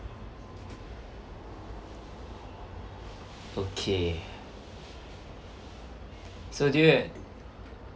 okay so do you ha~